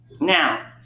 now